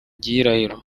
gihirahiro